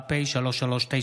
שעה 16:00